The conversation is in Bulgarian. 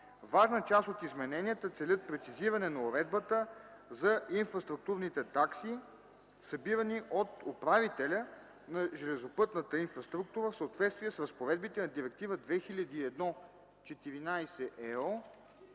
Важна част от измененията целят прецизиране на уредбата за инфраструктурните такси, събирани от управителя на железопътната инфраструктура в съответствие с разпоредбите на Директива 2001/14/ЕО